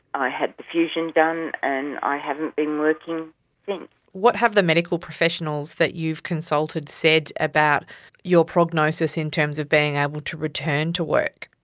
i had the fusion done and i haven't been working what have the medical professionals that you've consulted said about your prognosis in terms of being able to return to work?